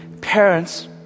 parents